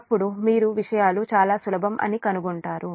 అప్పుడు మీరు విషయాలు చాలా సులభం అని కనుగొంటారు